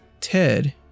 Ted